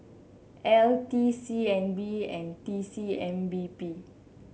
L T C N B and T C M P B